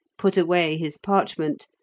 put away his parchment,